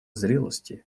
зрелости